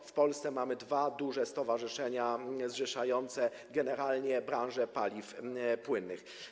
W Polsce mamy dwa duże stowarzyszenia zrzeszające generalnie branżę paliw płynnych.